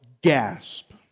gasp